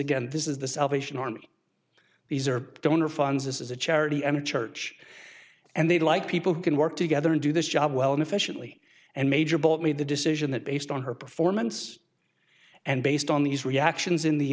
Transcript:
again this is the salvation army these are donor funds this is a charity i'm a church and they like people who can work together and do this job well and efficiently and major bought me the decision that based on her performance and based on these reactions in the